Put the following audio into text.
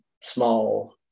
small